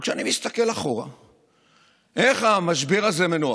אבל כשאני מסתכל אחורה על איך המשבר הזה מנוהל,